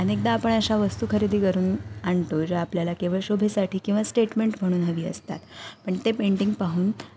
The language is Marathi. अनेकदा आपण अशा वस्तू खरेदी करून आणतो जे आपल्याला केवळ शोभेसाठी किंवा स्टेटमेंट म्हणून हवी असतात पण ते पेंटिंग पाहून